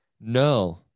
No